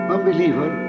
Unbeliever